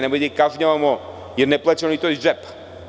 Nemojte da ih kažnjavamo, jer ne plaćaju oni to iz džepa.